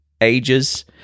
ages